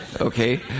Okay